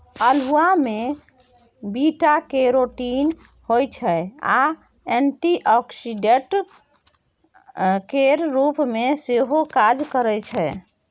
अल्हुआ मे beta carotene होइ छै आ एंटीआक्सीडेंट केर रुप मे सेहो काज करय छै